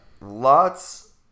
Lots